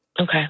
Okay